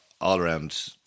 all-around